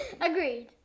Agreed